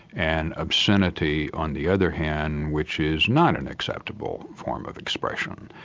and obscenity on the other hand which is not an acceptable form of expression.